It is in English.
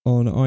on